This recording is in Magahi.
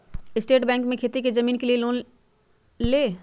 स्टेट बैंक से खेती की जमीन के लिए कैसे लोन ले?